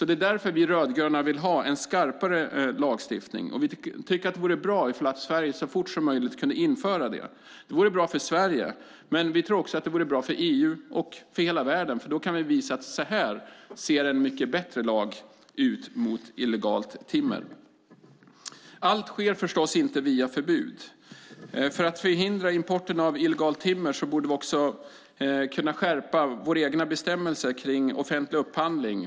Det är därför vi rödgröna vill ha en skarpare lagstiftning. Vi tycker att det vore bra om Sverige så fort som möjligt kunde införa det. Det vore bra för Sverige, men vi tror också att det vore bra för EU och hela världen. Då kan vi nämligen visa hur en mycket bättre lag mot illegalt timmer ser ut. Allt sker förstås inte via förbud. För att förhindra importen av illegalt timmer borde vi också kunna skärpa våra egna bestämmelser kring offentlig upphandling.